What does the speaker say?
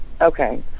okay